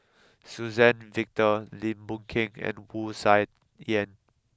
Suzann Victor Lim Boon Keng and Wu Tsai Yen